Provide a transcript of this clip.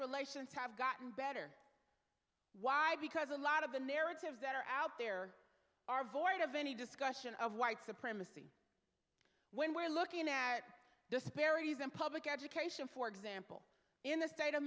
relations have gotten better why because a lot of the narratives that are out there are void of any discussion of white supremacy when we're looking at disparities in public education for example in the state of